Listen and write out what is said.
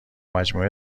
مجموع